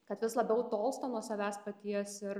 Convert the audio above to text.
kad vis labiau tolsta nuo savęs paties ir